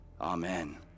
amen